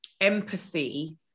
empathy